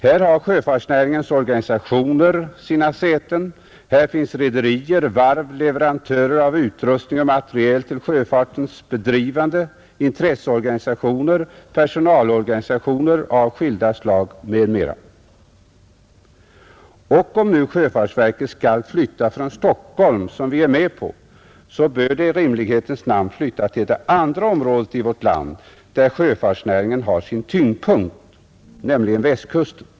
Här har sjöfartsnäringens organisationer sina säten, här finns rederier, varv, leverantörer av utrustning och materiel till sjöfartens bedrivande, intresseorganisationer, personalorganisationer av skilda slag m.m. Och om nu sjöfartsverket skall flytta från Stockholm, som vi går med på, så bör det i rimlighetens namn flytta till det andra området i vårt land, där sjöfartsnäringen har sin tyngdpunkt, nämligen Västkusten.